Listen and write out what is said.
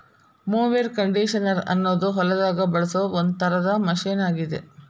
mower conditioner ಅನ್ನೋದು ಹೊಲದಾಗ ಬಳಸೋ ಒಂದ್ ತರದ ಮಷೇನ್ ಆಗೇತಿ